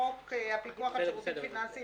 לחוק הפיקוח על שירותים פיננסיים